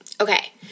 Okay